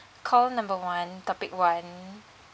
call number one topic one